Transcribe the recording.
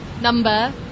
number